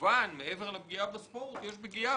כמובן שמעבר לפגיעה בספורט יש פגיעה